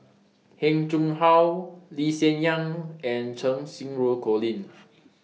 Heng Chee How Lee Hsien Yang and Cheng Xinru Colin